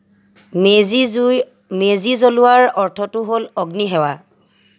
মেজিৰ জুই মেজি জ্বলোৱাৰ অৰ্থটো হ'ল অগ্নিসেৱা